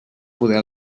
poder